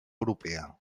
europea